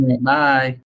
Bye